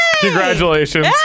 Congratulations